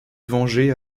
venger